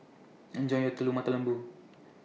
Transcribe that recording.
Enjoy your Telur Mata Lembu